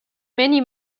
many